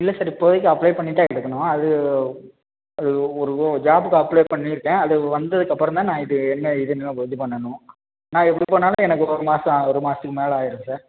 இல்லை சார் இப்போதக்கு அப்ளை பண்ணித்தான் அது அது ஒரு ஒ ஜாபுக்கு அப்ளை பண்ணிருக்கேன் அது வந்ததுக்கு அப்புறம் தான் நான் இது என்ன ஏதுன்னு இது பண்ணணும் நான் எப்படி போனாலும் எனக்கு ஒரு மாதம் ஒரு மாதத்துக்கு மேலே ஆயிரும் சார்